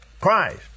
Christ